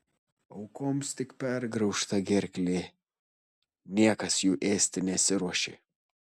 aukoms tik pergraužta gerklė niekas jų ėsti nesiruošė